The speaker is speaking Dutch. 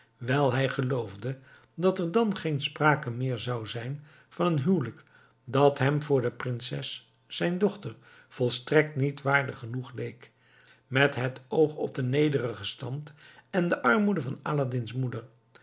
wijl hij geloofde dat er dan geen sprake meer zou zijn van een huwelijk dat hem voor de prinses zijn dochter volstrekt niet waardig genoeg leek met het oog op den nederigen stand en de armoede van aladdin's moeder